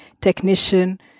technician